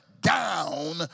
down